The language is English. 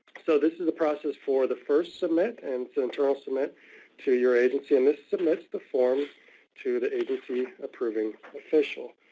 so this is a process for the first submit and some ah submit to your agency. and this submits the form to the agency approving official.